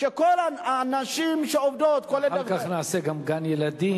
וכל הנשים שעובדות, אחר כך נעשה גם גן-ילדים.